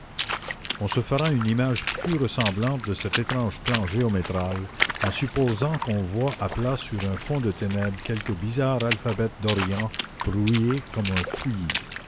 on se fera une image plus ressemblante de cet étrange plan géométral en supposant qu'on voie à plat sur un fond de ténèbres quelque bizarre alphabet d'orient brouillé comme un fouillis